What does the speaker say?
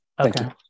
Okay